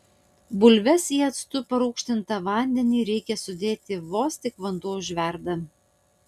bulves į actu parūgštintą vandenį reikia sudėti vos tik vanduo užverda